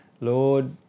Lord